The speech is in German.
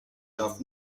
darf